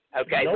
Okay